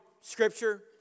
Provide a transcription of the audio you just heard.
Scripture